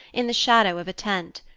in the shadow of a tent.